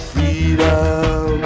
Freedom